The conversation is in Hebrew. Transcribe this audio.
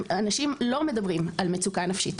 אנשים לא מדברים על מצוקה נפשית,